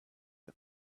the